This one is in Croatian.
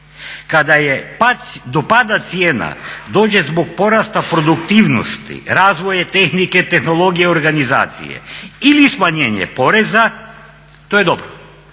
Kada do pada cijena dođe zbog porasta produktivnosti, razvoja tehnike, tehnologije i organizacije ili smanjenje poreza to je dobro.